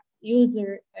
user